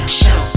show